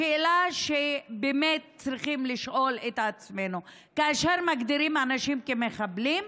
השאלה שבאמת צריכים לשאול את עצמנו: כאשר מגדירים אנשים כמחבלים,